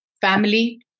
family